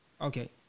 Okay